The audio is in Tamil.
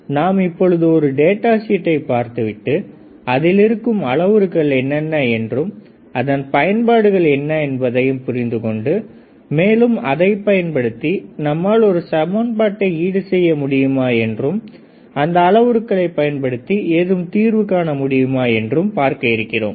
எனவே நாம் இப்பொழுது ஒரு டேட்டா ஷீட்டை பார்த்துவிட்டு அதில் இருக்கும் அளவுருக்கள் என்னென்ன என்றும் அதன் பயன்பாடுகள் என்ன என்பதையும் புரிந்து கொண்டு மேலும் அதை பயன்படுத்தி நம்மால் ஒரு சமன்பாட்டை ஈடு செய்ய முடியுமா என்றும் அந்த அளவுருக்களை பயன்படுத்தி ஏதும் தீர்வு காண முடியுமா என்றும் பார்க்க இருக்கிறோம்